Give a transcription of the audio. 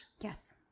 Yes